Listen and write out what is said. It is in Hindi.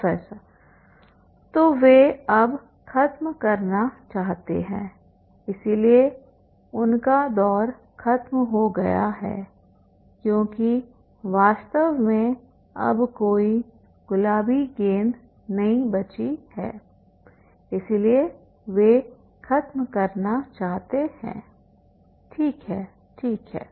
प्रोफेसर तो वे अब खत्म करना चाहते हैं इसलिए उनका दौर खत्म हो गया है क्योंकि वास्तव में अब कोई गुलाबी गेंद नहीं बची है इसलिए वे खत्म करना चाहते हैं ठीक है ठीक है